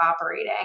operating